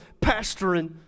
pastoring